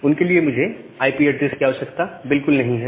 उनके लिए मुझे आईपी ऐड्रेस की आवश्यकता बिल्कुल नहीं है